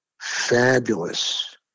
fabulous